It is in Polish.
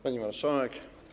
Pani Marszałek!